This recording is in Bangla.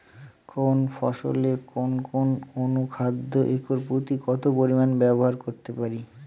কোন ফসলে কোন কোন অনুখাদ্য একর প্রতি কত পরিমান ব্যবহার করতে পারি?